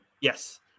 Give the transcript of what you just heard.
Yes